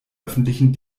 öffentlichen